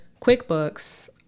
QuickBooks